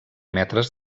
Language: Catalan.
metres